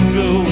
go